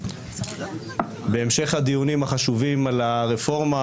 בהמשך הדיונים החשובים על הרפורמה.